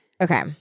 Okay